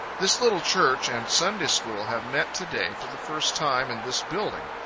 this little church and sunday school have met to-day for the first time in this building,